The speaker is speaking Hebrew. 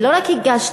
ולא רק הגשתי,